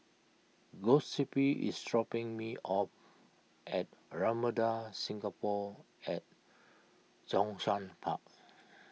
Giuseppe is dropping me off at Ramada Singapore at Zhongshan Park